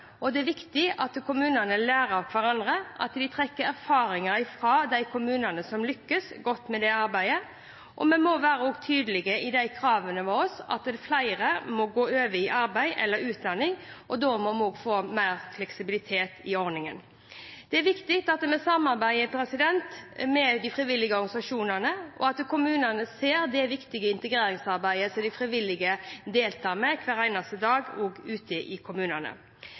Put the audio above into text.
og det er viktig at kommunene lærer av hverandre og trekker erfaringer fra de kommunene som lykkes godt i dette arbeidet. Vi må også være tydelige i kravene våre, slik at flere går over i arbeid eller utdanning, og da må vi få mer fleksibilitet i ordningene. Det er viktig at vi samarbeider med de frivillige organisasjonene, og at kommunene ser det viktige integreringsarbeidet som de frivillige deltar med hver eneste dag også ute i kommunene.